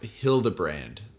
Hildebrand